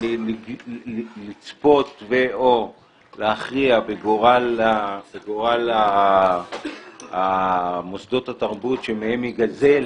לצפות או להכריע בגורל מוסדות התרבות שמהם ייגזל